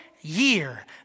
year